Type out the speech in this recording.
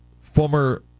former